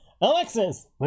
Alexis